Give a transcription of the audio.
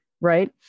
Right